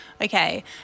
Okay